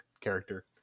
character